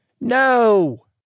No